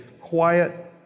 quiet